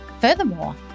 Furthermore